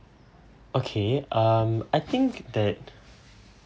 okay um I think that